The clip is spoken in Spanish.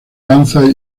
lanza